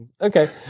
Okay